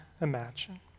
imagine